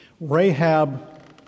Rahab